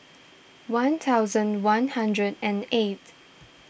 one thousand one hundred and eighth